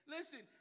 Listen